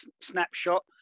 snapshot